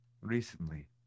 recently